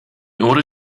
order